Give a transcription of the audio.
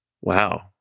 Wow